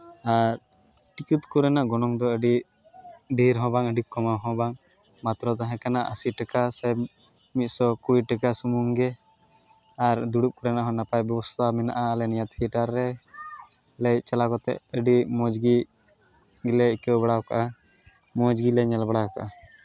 ᱟᱨ ticket ᱠᱚᱨᱮᱱᱟᱜ ᱜᱚᱱᱚᱝ ᱫᱚ ᱟᱹᱰᱤ ᱰᱷᱮᱹᱨ ᱦᱚᱸ ᱵᱟᱝ ᱟᱹᱰᱤ ᱠᱚᱢ ᱦᱚᱸ ᱵᱟᱝ ᱢᱟᱛᱨᱚ ᱛᱟᱦᱮᱸᱠᱟᱱᱟ ᱟᱥᱤ ᱴᱟᱠᱟ ᱥᱮ ᱢᱤᱫᱥᱚ ᱠᱩᱲᱤ ᱴᱟᱠᱟ ᱥᱩᱢᱩᱝ ᱜᱮ ᱟᱨ ᱫᱩᱲᱩᱵ ᱠᱚᱨᱮᱱᱟᱜ ᱦᱚᱸ ᱱᱟᱯᱟᱭ ᱵᱮᱵᱚᱥᱛᱟ ᱢᱮᱱᱟᱜᱼᱟ ᱟᱞᱮ ᱱᱤᱭᱟᱹ ᱛᱷᱤᱭᱮᱹᱴᱟᱨ ᱨᱮ ᱟᱞᱮ ᱪᱟᱞᱟᱣ ᱠᱟᱛᱮᱫ ᱟᱹᱰᱤ ᱢᱚᱡᱽᱜᱮ ᱜᱮᱞᱮ ᱟᱹᱭᱠᱟᱹᱣ ᱵᱟᱲᱟᱣ ᱠᱟᱜᱼᱟ ᱢᱚᱡᱽ ᱜᱮᱞᱮ ᱧᱮᱞ ᱵᱟᱲᱟ ᱦᱟᱠᱟᱜᱼᱟ